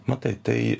nu tai tai